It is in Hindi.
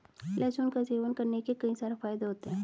लहसुन का सेवन करने के कई सारे फायदे होते है